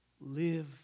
Live